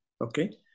okay